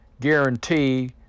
guarantee